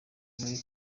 muri